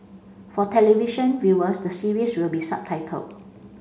for television viewers the series will be subtitled